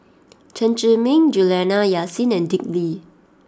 Chen Zhiming Juliana Yasin and Dick Lee